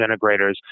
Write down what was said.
integrators